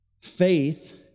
Faith